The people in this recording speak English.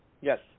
Yes